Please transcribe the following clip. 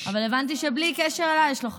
אבל הבנתי שבלי קשר אליי יש לו חמש.